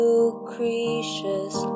Lucretius